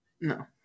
No